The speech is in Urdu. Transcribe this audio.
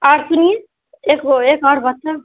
اور سنیے ایک وہ ایک اور بات ہے